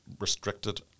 restricted